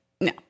no